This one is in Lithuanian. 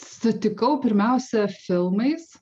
sutikau pirmiausia filmais